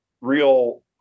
real